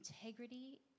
integrity